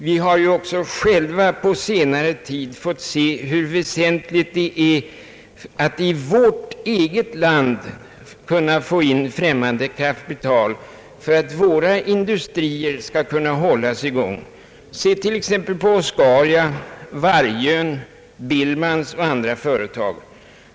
Vi har ju också själva på senare tid fått se hur väsentligt det är att i vårt eget land kunna få in främmande kapital för att våra industrier skall kunna hållas i gång. Se t.ex. på Oscaria, Vargön, Billmans och andra företag.